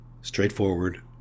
Straightforward